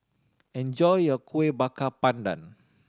enjoy your Kuih Bakar Pandan